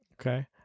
Okay